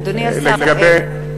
אדוני השר,